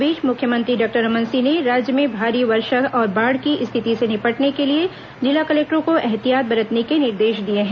इस बीच मुख्यमंत्री डॉक्टर रमन सिंह ने राज्य में भारी वर्षा और बाढ़ की स्थिति से निपटने के लिए जिला कलेक्टरों को ऐहतियात बरतने के निर्देश दिए हैं